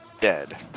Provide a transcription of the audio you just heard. dead